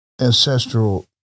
ancestral